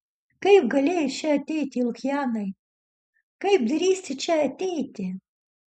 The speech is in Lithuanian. kaip galėjai čia ateiti lukianai kaip drįsti čia ateiti